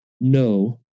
no